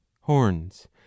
horns